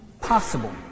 possible